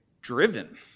driven